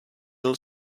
byl